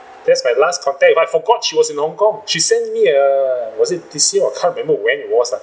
that's my last contact with her I forgot she was in hong kong she send me err was it this year or can't remember when it was lah